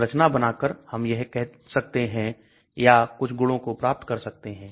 संरचना बनाकर हम यह कह सकते हैं या कुछ गुणों को प्राप्त कर सकते हैं